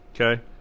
okay